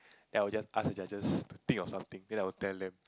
then I will just ask judges to think of something then I will tell them